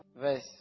verse